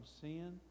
sin